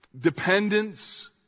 dependence